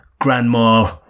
grandma